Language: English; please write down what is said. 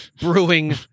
brewing